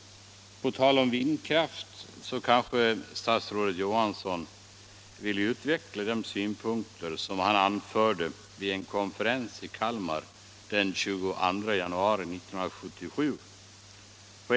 På tal om vindkraft kanske statsrådet Johansson vill utveckla de synpunkter som han framförde vid en konferens i Kalmar den 22 januari 1977.